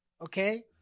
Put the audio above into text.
okay